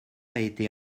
été